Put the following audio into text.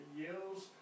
yields